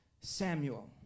Samuel